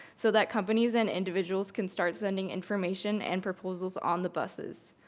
so that companies and individuals can start sending information and proposals on the buses.